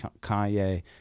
Kanye